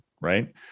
right